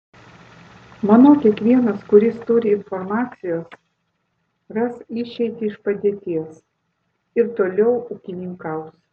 manau kiekvienas kuris turi informacijos ras išeitį iš padėties ir toliau ūkininkaus